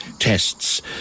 tests